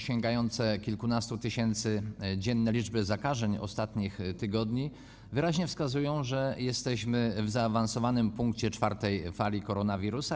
Sięgające kilkunastu tysięcy dzienne liczby zakażeń w ostatnich tygodniach wyraźnie wskazują, że jesteśmy w zaawansowanym punkcie czwartej fali koronawirusa.